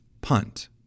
punt